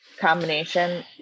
combination